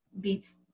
beats